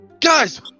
guys